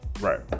Right